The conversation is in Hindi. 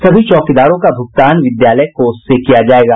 सभी चौकीदारों का भुगतान विद्यालय कोष से किया जायेगा